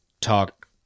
Talk